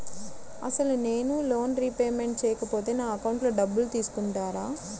అసలు నేనూ loan repayment చేయకపోతే నా అకౌంట్లో డబ్బులు తీసుకుంటారా?